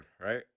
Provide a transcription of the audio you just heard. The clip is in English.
right